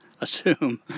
assume